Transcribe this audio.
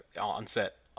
onset